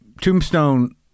Tombstone